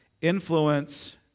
influence